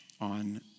on